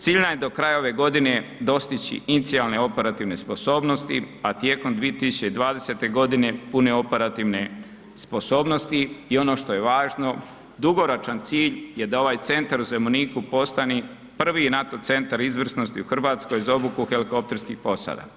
Cilj nam je do kraja ove godine dostići inicijalne operativne sposobnosti, a tijekom 2020.g. pune operativne sposobnosti i ono što je važno, dugoročan cilj je da ovaj centar u Zemuniku postane prvi NATO centar izvrsnosti u RH za obuku helikopterskih posada.